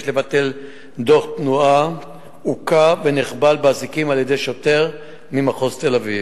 לבטל דוח תנועה הוכה ונכבל באזיקים על-ידי שוטר ממחוז תל-אביב.